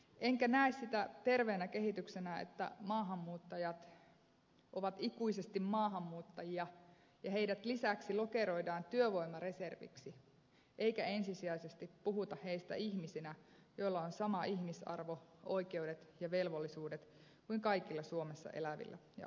enkä näe sitä terveenä kehityksenä että maahanmuuttajat ovat ikuisesti maahanmuuttajia ja heidät lisäksi lokeroidaan työvoimareserviksi eikä ensisijaisesti puhuta heistä ihmisinä joilla on sama ihmisarvo samat oikeudet ja velvollisuudet kuin kaikilla suomessa elävillä ja asuvilla